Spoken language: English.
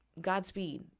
Godspeed